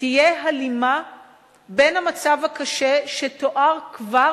תהיה הלימה בין המצב הקשה שתואר כבר